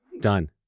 Done